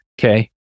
Okay